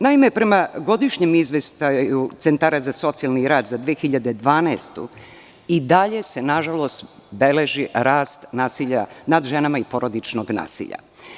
Naime, prema godišnjem izveštaju centara za socijalni rad za 2012. godinu i dalje se, nažalost, beleži rast nasilja nad ženama i porodičnog nasilja.